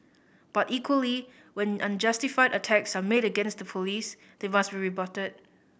but equally when unjustified attacks are made against the Police they must be rebutted